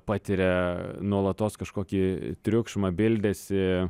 patiria nuolatos kažkokį triukšmą bildesį